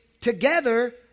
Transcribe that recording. together